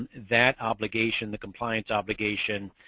that obligation, the compliant obligation